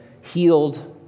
healed